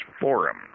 forum